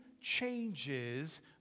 changes